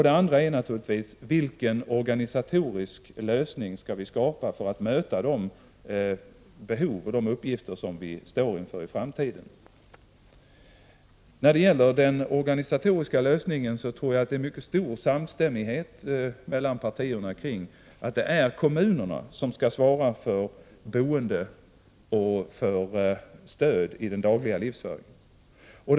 Det andra är naturligtvis: Vilken organisatorisk lösning skall vi skapa för att möta de behov och de uppgifter som vi står inför i framtiden? Beträffande den organisatoriska lösningen tror jag att det finns en mycket stor samstämmighet mellan partierna kring att kommunerna skall ansvara för boendet och för stödet i den dagliga livsföringen.